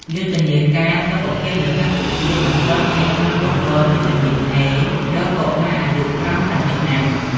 យុទ្ធនាការសុខភាពនៅកម្ពុជា បន្តចែកថ្នាំបំប៉នវីតាមីន A ដល់កុមារអាយុក្រោម ៥ឆ្នាំ។